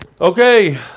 Okay